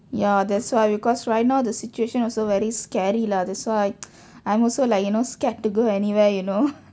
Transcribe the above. ya that's why because right now the situation also very scary lah that's why I'm also like you know scared to go anywhere you know